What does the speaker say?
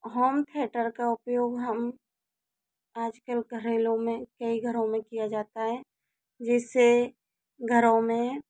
home theatre का उपयोग हम आज कल घरेलों में कई घरो में किया जाता है जिस से घरों में